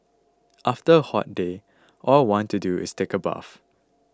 after a hot day all I want to do is take a bath